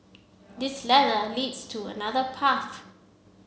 this ladder leads to another path